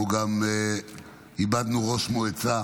אנחנו גם איבדנו ראש מועצה,